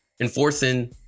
enforcing